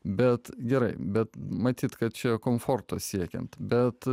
bet gerai bet matyt kad čia komforto siekiant bet